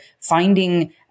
finding